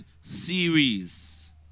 series